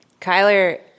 Kyler